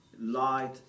light